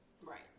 Right